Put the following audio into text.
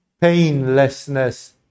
painlessness